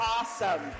awesome